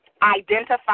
identify